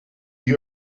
you